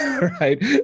Right